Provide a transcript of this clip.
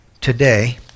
today